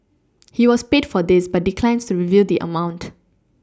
he was paid for this but declines to reveal the amount